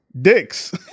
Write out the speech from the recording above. dicks